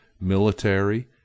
military